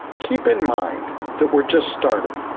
keep in mind that we're just starting.